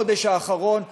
בחודש האחרון,